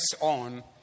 on